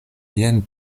jen